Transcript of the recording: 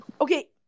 Okay